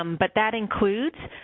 um but that includes.